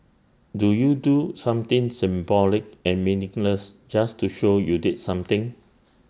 do you do something symbolic and meaningless just to show you did something